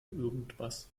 irgendwas